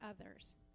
others